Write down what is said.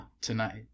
tonight